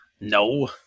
no